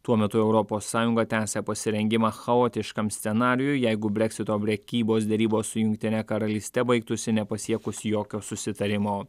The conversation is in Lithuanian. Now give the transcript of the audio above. tuo metu europos sąjunga tęsia pasirengimą chaotiškam scenarijui jeigu brexito prekybos derybos su jungtine karalyste baigtųsi nepasiekus jokio susitarimo